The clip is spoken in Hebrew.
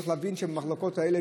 צריך להבין שבמחלקות האלה,